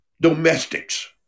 domestics